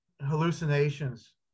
hallucinations